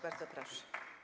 Bardzo proszę.